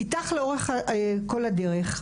"איתך לאורך כל הדרך",